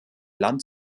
land